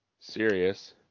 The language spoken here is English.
Serious